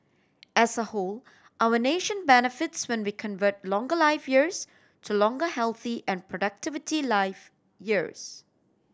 as a whole our nation benefits when we convert longer life years to longer healthy and productivity life years